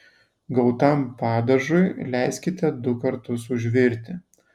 gautam padažui leiskite du kartus užvirti